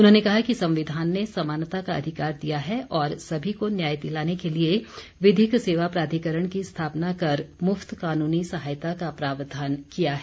उन्होंने कहा कि संविधान ने समानता का अधिकार दिया है और सभी को न्याय के लिए विधिक सेवा प्राधिकरण की स्थापना कर मुफ्त कानूनी सहायता का प्रावधान किया है